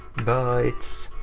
bytes.